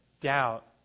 doubt